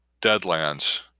Deadlands